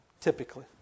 typically